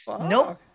nope